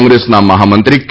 કોંગ્રેસના મહામંત્રી કે